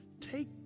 Take